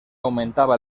aumentaba